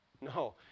No